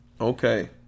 Okay